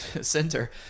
center